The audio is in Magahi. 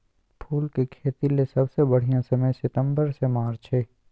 फूल के खेतीले सबसे बढ़िया समय सितंबर से मार्च हई